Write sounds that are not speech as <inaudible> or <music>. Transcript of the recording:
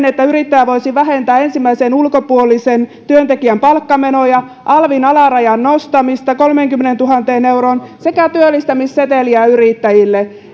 <unintelligible> että yrittäjä voisi vähentää ensimmäisen ulkopuolisen työntekijän palkkamenoja alvin alarajan nostamista kolmeenkymmeneentuhanteen euroon sekä työllistämisseteliä yrittäjille